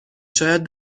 شاید